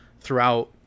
throughout